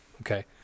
okay